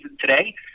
today